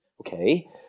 okay